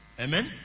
Amen